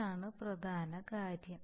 ഇതാണ് പ്രധാന കാര്യം